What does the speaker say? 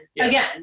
again